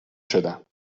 شدم